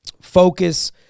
Focus